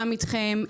גם אתכם,